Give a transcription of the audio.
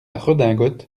redingote